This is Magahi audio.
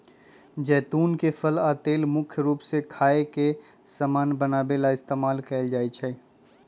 जैतुन के फल आ तेल मुख्य रूप से खाए के समान बनावे ला इस्तेमाल कएल जाई छई